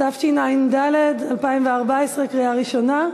התשע"ד 2014, לקריאה ראשונה,